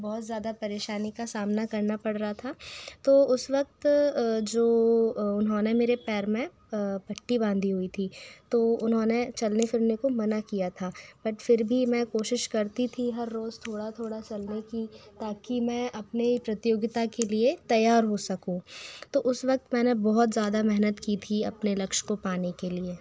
बहुत ज़्यादा परेशानी का सामना कर पड़ रहा था तो उस वक्त जो उन्होंने मेरे पैर में पट्टी बाँधी हुई थी तो उन्होने चलने फिरने को मना किया था बट फिर भी मैं कोशिश करती थी हर रोज़ थोड़ा थोड़ा चलने की ताकि मैं अपने प्रतियोगिता के लिये तैयार हो सकूँ तो उस वक्त मैंने बहुत ज़्यादा मेहनत की थी अपने लक्ष्य को पाने के लिये